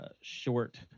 short